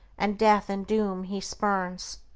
and death and doom he spurns.